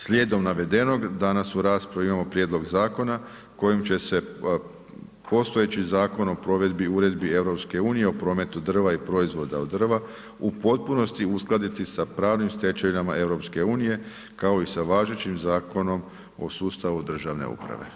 Slijedom navedenog, danas u raspravi imamo prijedlog zakona kojim će se postojeći Zakon o provedbi uredbi EU o prometu drva i proizvoda od drva u potpunosti uskladiti sa pravnim stečevinama EU, kao i sa važećim Zakonom o sustavu državne uprave.